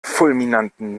fulminanten